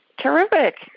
Terrific